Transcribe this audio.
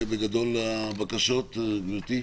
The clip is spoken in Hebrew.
בגדול הבקשות, גברתי.